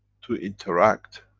to interact,